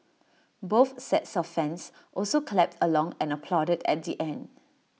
both sets of fans also clapped along and applauded at the end